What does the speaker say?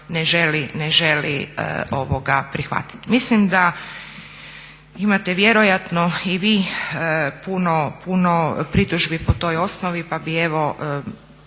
ne želi prihvatiti. Mislim da imate vjerojatno i vi puno pritužbi po toj osnovi pa bi evo,